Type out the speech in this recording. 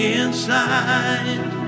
inside